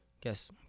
guess